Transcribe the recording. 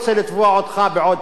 שנתיים,